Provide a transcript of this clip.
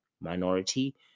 minority